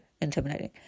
Intimidating